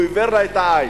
והוא עיוור לה את העין.